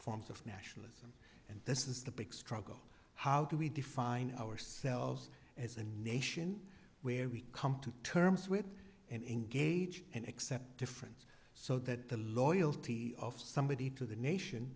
forms of national and this is the big struggle how do we define ourselves as a nation where we come to terms with and engage and accept difference so that the loyalty of somebody to the nation